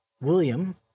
William